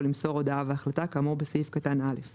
למסור הודעה והחלטה כאמור בסעיף קטן (א);